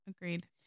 Agreed